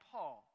Paul